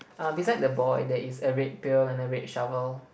uh beside the boy there is a red pail and a red shovel